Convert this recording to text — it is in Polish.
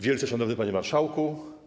Wielce Szanowny Panie Marszałku!